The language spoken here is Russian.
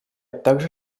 также